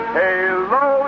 hello